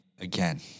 again